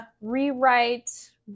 rewrite